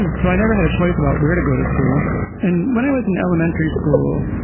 and so i never had a choice about where to go to school and when i was in elementary school.